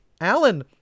alan